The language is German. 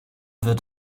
wird